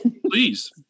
Please